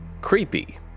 creepy